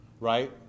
right